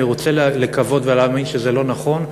אני רוצה לקוות ולהאמין שזה לא נכון.